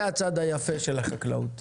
זה הצד היפה של החקלאות.